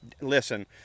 Listen